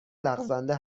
لغزنده